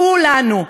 כולנו,